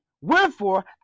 Wherefore